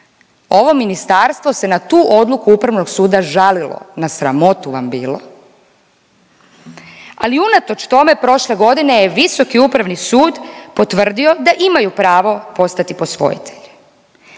Ovo ministarstvo se na tu odluku Upravnog suda žalilo na sramotu vam bilo! Ali unatoč tome prošle godine je Visoki upravni sud potvrdio da imaju pravo postati posvojitelji.